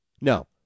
No